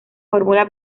fórmula